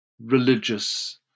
religious